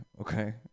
Okay